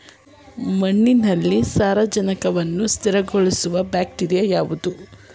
ಮಣ್ಣಿನಲ್ಲಿ ಸಾರಜನಕವನ್ನು ಸ್ಥಿರಗೊಳಿಸುವ ಬ್ಯಾಕ್ಟೀರಿಯಾ ಯಾವುದು?